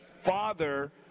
father